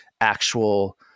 actual